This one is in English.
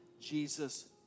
Jesus